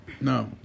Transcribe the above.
No